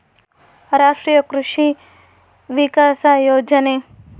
ರಾಷ್ಟ್ರೀಯ ಕೃಷಿ ವಿಕಾಸ ಯೋಜನೆ